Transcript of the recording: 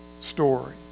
story